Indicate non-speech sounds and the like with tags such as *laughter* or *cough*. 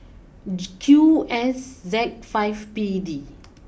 *unintelligible* Q S Z five P D